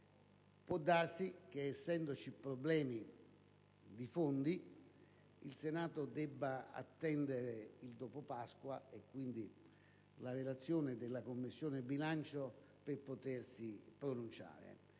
Può darsi che, essendoci problemi di fondi, il Senato debba attendere il dopo Pasqua, e quindi la relazione della Commissione bilancio, per potersi pronunciare.